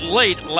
late